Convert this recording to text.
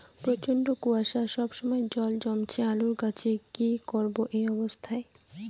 প্রচন্ড কুয়াশা সবসময় জল জমছে আলুর গাছে কি করব এই অবস্থায়?